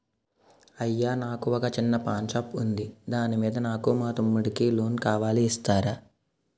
అయ్యా నాకు వొక చిన్న పాన్ షాప్ ఉంది దాని మీద నాకు మా తమ్ముడి కి లోన్ కావాలి ఇస్తారా?